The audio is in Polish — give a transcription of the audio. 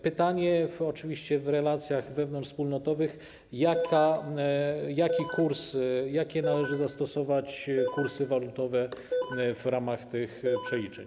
Pytanie - oczywiście w relacjach wewnątrzwspólnotowych - brzmi: Jakie należy zastosować kursy walutowe w ramach tych przeliczeń?